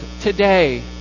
Today